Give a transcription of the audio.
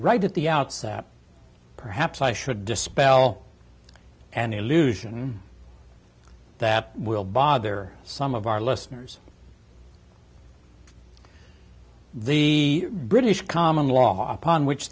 right at the outset perhaps i should dispel an illusion that will bother some of our listeners the british common law upon which